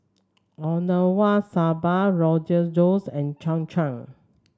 Okinawa Soba Rogan Josh and Cham Cham